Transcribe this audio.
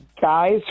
guys